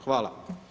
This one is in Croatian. Hvala.